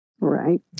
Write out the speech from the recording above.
Right